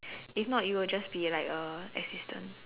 if not you will just be like a assistant